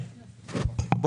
(היו"ר ולדימיר בליאק,